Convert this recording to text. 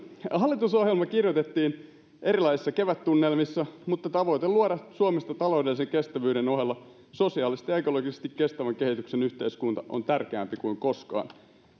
hallitusohjelma kirjoitettiin erilaisissa kevättunnelmissa mutta tavoite luoda suomesta taloudellisen kestävyyden ohella sosiaalisesti ja ekologisesti kestävän kehityksen yhteiskunta on tärkeämpi kuin koskaan